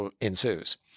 ensues